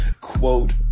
quote